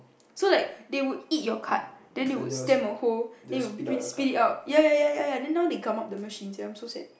so like they would eat your card then they would stamp a hole then they will spit it out ya ya ya ya ya then now they come out the machine sia I'm so sad